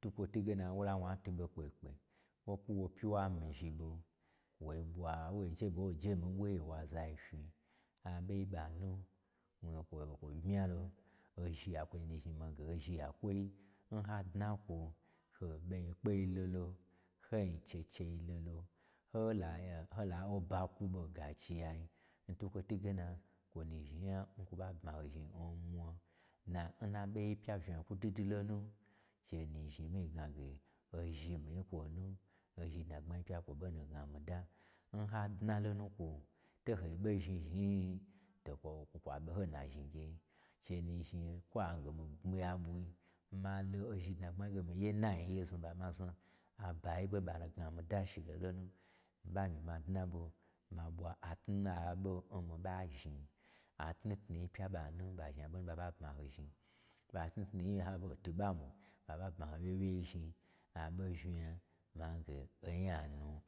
twutwo twuge na wo la wo nya twu bo kpekpe, wo kwu wo pyiwa mi-i zhi ɓo, wo ɓwa, woje ɓe woje mi-i n ɓwa ye n waza fyi a ɓoyi n ɓanu kwo bmyalo, ho zhiya, kwo nu zhni mii ge ozhi yatwoyi n hadna n kwo, ho ɓo yekpei lolo, ho n cheche blo, hola-hola oba kwu ɓo n gachiya yi, n twubwo twuge na, kwo nu zhni nyan kwo ɓa bma ho zhni n mwa. Dnan na ɓoi pya unya gwudwu dwu lo nu, che nu zhni mii gnage, ozhi mi-i yi n kwo nu, ozhi dnagbmai pya, kwo ɓo nu n kwo, to ho n ɓo zhni zhni-i, to kwo kwo kwa ɓo ho n na zhni gyei. Che nu zhni kwo ange mii gbmiya ɓwi ma lo ozhi dnagbmai n nanyi ye znu ɓa ma zna, abayi ɓo ɓanu gna mii da shi ɓo lo nu, mii ɓa myi ma dnaɓo ma ɓwa atnutnu, aɓon n mii ɓa zhni atnutnul yi pya ɓa nu ɓa nu zhni aɓon n ɓa ɓa bma hozhni, ɓwa tnutnu yi ha lo no twuɓa mwi, ɓaɓa bma ho wyewyei zhni, aɓo unya, man ge onya nu.